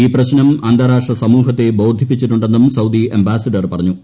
ഈ പ്രശ്നം അന്താരാഷ്ട്ര സമൂഹത്തെ ബോധിപ്പിച്ചിട്ടുണ്ടെന്നും സൌദി അംബാസഡർ പറഞ്ഞു